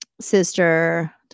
sister